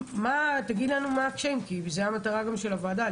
תגיד לנו מה הקשיים, זאת המטרה של הוועדה.